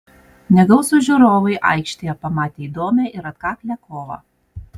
negausūs žiūrovai aikštėje pamatė įdomią ir atkaklią kovą